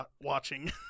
watching